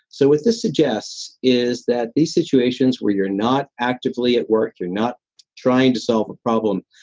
so what this suggests is that these situations where you're not actively at work, you're not trying to solve a problem,